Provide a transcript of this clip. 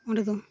ᱚᱸᱰᱮ ᱫᱚ